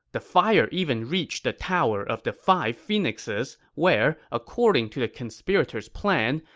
the fire even reached the tower of the five phoenixes, where, according to the conspirators' plan,